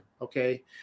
Okay